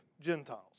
Gentiles